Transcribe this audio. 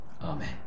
Amen